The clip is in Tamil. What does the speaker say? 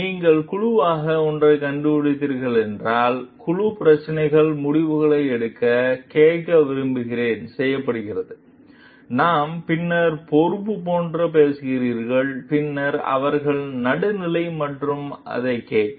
நீங்கள் குழுவாக ஒன்றை கண்டுபிடித்தீர்கள் என்றால் குழு பிரச்சினைகள் முடிவுகளை எடுக்க கேட்க விரும்புகிறேன் செய்யப்படுகிறது நாம் பின்னர் பொறுப்பு போன்ற பேசுகிறீர்கள் பின்னர் அவர்கள் நடுநிலை மற்றும் அதை கேட்க